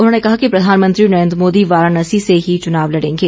उन्होंने कहा कि प्रधानमंत्री नरेंद्र मोदी वाराणसी से ही चुनाव लड़ेंगे